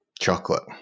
chocolate